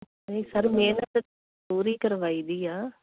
ਨਹੀ ਸਰ ਮਿਹਨਤ ਪੂਰੀ ਕਰਵਾਈ ਦੀ ਆ